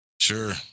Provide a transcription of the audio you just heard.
Sure